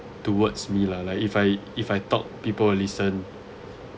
towards me lah like if I if I talk people will listen